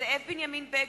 זאב בנימין בגין,